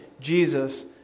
Jesus